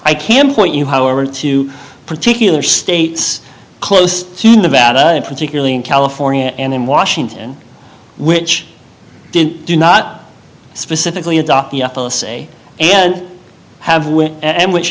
i can point you however two particular states close to nevada and particularly in california and in washington which did do not specifically adopt the say and have when and which